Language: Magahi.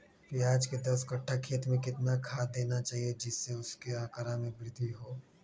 प्याज के दस कठ्ठा खेत में कितना खाद देना चाहिए जिससे उसके आंकड़ा में वृद्धि हो?